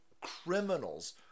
criminals